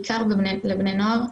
בעיקר לבני נוער,